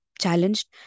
challenged